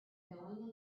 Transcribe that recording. going